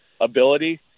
ability